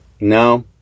No